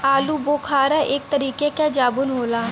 आलूबोखारा एक तरीके क जामुन होला